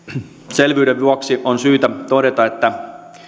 selvyyden vuoksi on syytä todeta että